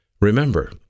Remember